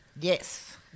Yes